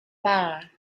bar